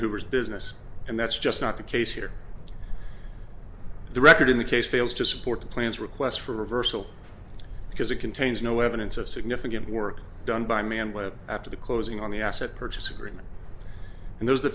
was business and that's just not the case here the record in the case fails to support the plans requests for reversal because it contains no evidence of significant work done by me and where after the closing on the asset purchase agreement and there's the